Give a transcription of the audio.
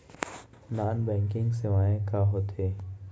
non banking सेवाएं का होथे